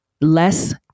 less